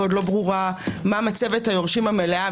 ועוד לא ברורה מה מצבת היורשים המלאה,